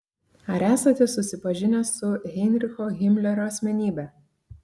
ar esate susipažinęs su heinricho himlerio asmenybe